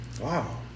Wow